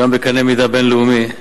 גם בקנה מידה בין-לאומי,